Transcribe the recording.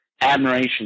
admiration